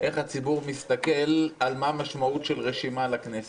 איך הציבור מסתכל על המשמעות של רשימה לכנסת.